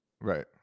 Right